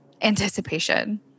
anticipation